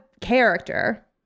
character